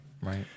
Right